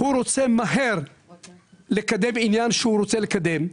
הוא רוצה מהר לקדם עניין שהוא רוצה לקדם,